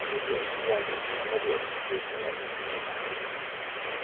ꯑꯗꯨꯗꯤ ꯑꯩꯒꯤ ꯏꯌꯥꯝꯕꯁꯤꯡ ꯑꯃꯗꯤ ꯑꯩꯒꯤ ꯏꯆꯦꯁꯤꯅ ꯑꯩꯕꯨ ꯏꯔꯣꯏꯕ ꯇꯝꯕꯤꯈꯤ